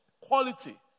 Quality